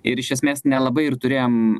ir iš esmės nelabai ir turėjom